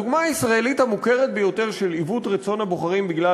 הדוגמה הישראלית המוכרת ביותר של עיוות רצון הבוחרים בגלל